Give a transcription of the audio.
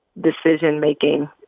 decision-making